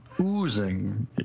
oozing